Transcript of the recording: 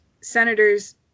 senators